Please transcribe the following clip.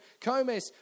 Comis